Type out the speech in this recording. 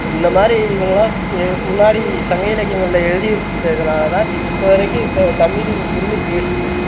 இந்தமாதிரி இவங்கள்லாம் எ முன்னாடி சங்க இலக்கியங்களில் எழுதி வைச்சதுனாலதான் இப்போ வரைக்கும் இந்த தமிழு நின்று பேசுது